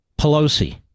Pelosi